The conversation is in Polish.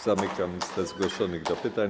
Zamykam listę zgłoszonych do pytań.